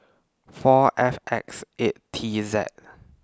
four F X eight T Z